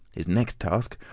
his next task,